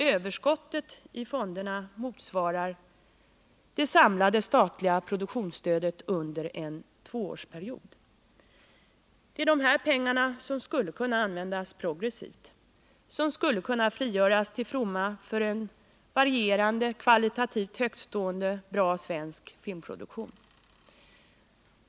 Överskottet i fonderna motsvarar det samlade statliga produktionsstödet under en tvåårsperiod. Det är de här pengarna som skulle kunna användas progressivt, som skulle kunna frigöras till förmån för en varierad och kvalitativt högtstående svensk filmproduktion.